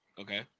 okay